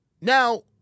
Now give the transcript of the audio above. Now